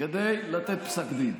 לתת פסק דין.